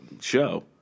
show